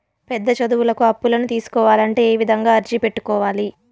పెద్ద చదువులకు అప్పులను తీసుకోవాలంటే ఏ విధంగా అర్జీ పెట్టుకోవాలి?